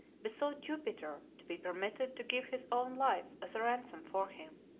besought jupiter to be permitted to give his own life as a ransom for him.